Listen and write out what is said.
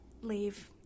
leave